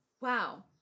Wow